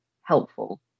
helpful